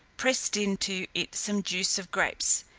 pressed into it some juice of grapes,